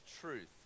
truth